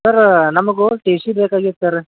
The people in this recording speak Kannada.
ಸರ್ ನಮಗು ಟಿ ಸಿ ಬೇಕಾಗಿತ್ತು ಸರ್